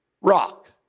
rock